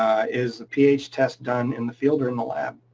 is a ph test done in the field or in the lab?